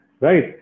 Right